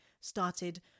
started